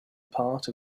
part